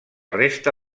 resta